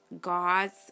God's